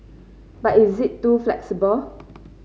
but is it too flexible